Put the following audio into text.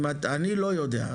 אני לא יודע,